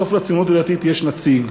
שסוף-כל-סוף לציונות הדתית יש נציג,